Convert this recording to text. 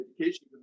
education